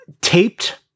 taped